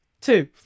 two